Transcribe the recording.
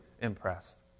impressed